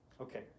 Okay